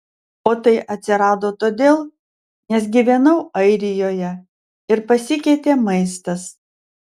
o tai atsirado todėl nes gyvenau airijoje ir pasikeitė maistas